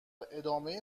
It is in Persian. ادامه